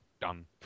done